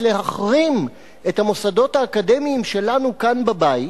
להחרים את המוסדות האקדמיים שלנו כאן בבית.